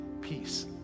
Peace